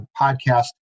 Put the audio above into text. podcast